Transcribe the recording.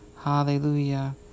Hallelujah